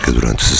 durante